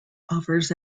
offers